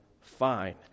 fine